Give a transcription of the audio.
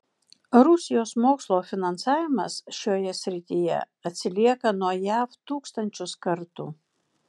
rusijos mokslo finansavimas šioje srityje atsilieka nuo jav tūkstančius kartų